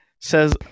says